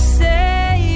say